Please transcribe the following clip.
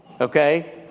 Okay